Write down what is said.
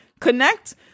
connect